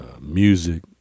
Music